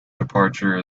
departure